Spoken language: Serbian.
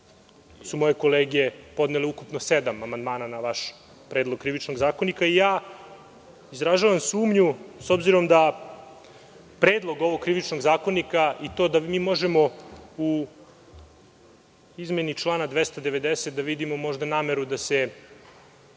su moje kolege podneli ukupno sedam amandmana na vaš Predlog krivičnog zakonika i ja izražavam sumnju, s obzirom da Predlog ovog krivičnog zakonika i to da mi možemo u izmeni člana 290. da vidimo nameru da se